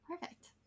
perfect